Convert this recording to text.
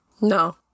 No